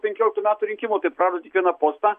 penkioliktų metų rinkimų tai prarado tik vieną postą